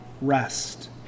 rest